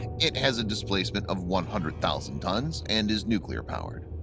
it has a displacement of one hundred thousand tonnes and is nuclear powered.